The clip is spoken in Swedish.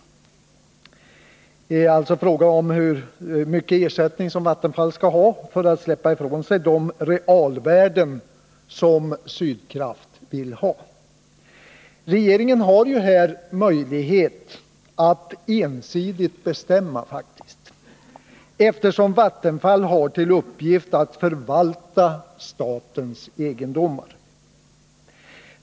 Det är alltså fråga om hur mycket ersättning Vattenfall skall ha för att släppa ifrån sig de realvärden som Sydkraft vill ha. Här har regeringen faktiskt möjlighet att ensidigt bestämma, eftersom Vattenfall har till uppgift att förvalta statens egendomar.